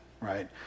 Right